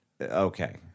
okay